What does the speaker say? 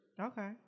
Okay